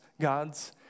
gods